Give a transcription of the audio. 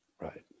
right